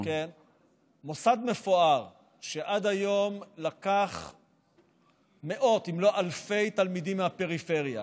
מוסד מפואר שעד היום לקח מאות אם לא אלפי תלמידים מהפריפריה,